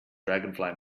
dragonfly